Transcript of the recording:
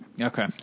Okay